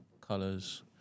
colors